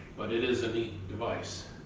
but it is a neat device.